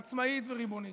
עצמאית וריבונית.